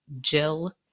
jill